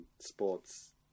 sports